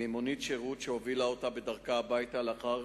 ממונית שירות שהובילה אותה בדרכה הביתה לאחר